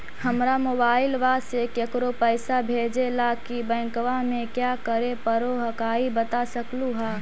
हमरा मोबाइलवा से केकरो पैसा भेजे ला की बैंकवा में क्या करे परो हकाई बता सकलुहा?